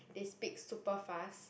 they speak super fast